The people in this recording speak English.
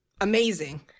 amazing